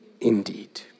indeed